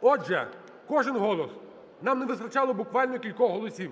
Отже, кожен голос, нам не вистачало буквально кількох голосів.